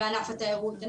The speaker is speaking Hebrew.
בענף התיירות.